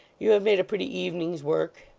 you have made a pretty evening's work.